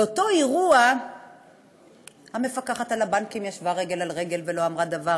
באותו אירוע המפקחת על הבנקים ישבה רגל על רגל ולא אמרה דבר,